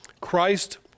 Christ